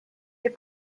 your